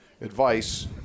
advice